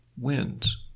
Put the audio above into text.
wins